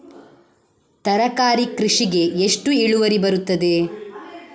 ತರಕಾರಿ ಕೃಷಿಗೆ ಎಷ್ಟು ಇಳುವರಿ ಬರುತ್ತದೆ?